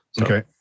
okay